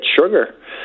sugar